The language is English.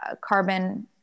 carbon